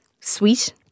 sweet